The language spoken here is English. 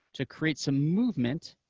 to create some movement